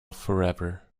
forever